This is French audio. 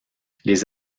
les